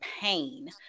pain